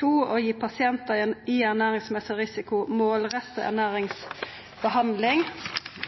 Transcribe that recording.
2. Å gi personer i ernæringsmessig risiko målrettet ernæringsbehandling 3. Å dokumentere ernæringsstatus og -tiltak i